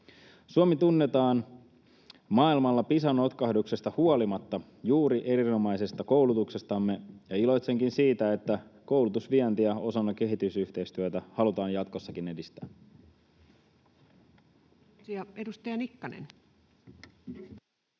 Suomi tunnetaan maailmalla Pisa-notkahduksesta huolimatta juuri erinomaisesta koulutuksestamme. Iloitsenkin siitä, että koulutusvientiä osana kehitysyhteistyötä halutaan jatkossakin edistää.